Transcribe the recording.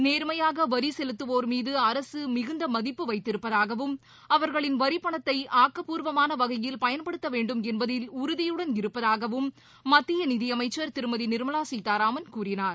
நேர்மையாக வரி செலுத்துவோர் மீது அரசு மிகுந்த மதிப்பு வைத்திருப்பதாகவும் அவர்களின் வரி பணத்தை ஆக்கப்பூர்வமான வகையில் பயன்படுத்தவேண்டும் என்பதில் உறுதியுடன் இருப்பதாகவும் மத்திய நிதியமைச்சர் திருமதி நிர்மவா சீதாராமன் கூறினார்